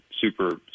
super